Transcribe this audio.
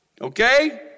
Okay